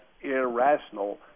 irrational